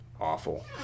awful